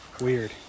Weird